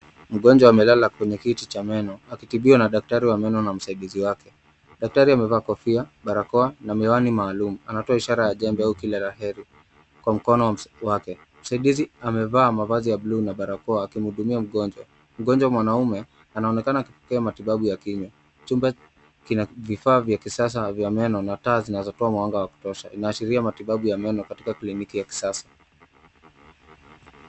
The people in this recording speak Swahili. Mgonjwa amelala kwenye kiti cha meno akitibiwa na daktari wa meno na msaidizi wake. Daktari amevaa kofia, barakoa na miwani maalum, anatoa ishara ya jembe au kila la heri kwa mkono wake. Msaidizi amevaa mavazi ya blue na barakoa akimhudumia mgonjwa. Mgonjwa mwanaume anaonekana akipokea matibabu ya kinywa. Chumba kina kifaa vya kisasa vya meno na taa zinazotoa mwanga wa kutosha. Inaashiria matibabu ya meno katika kliniki ya kisasa.